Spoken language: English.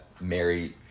Mary